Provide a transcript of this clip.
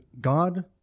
God